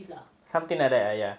something like that ya ya